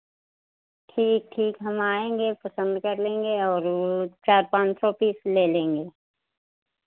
ठीक ठीक हम आएँगे पसंद कर लेंगे और वो चार पाँच सौ पीस ले लेंगे